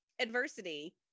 adversity